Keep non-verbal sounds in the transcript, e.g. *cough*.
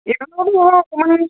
এই *unintelligible* অকণমান